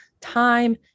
time